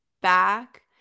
back